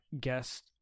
guest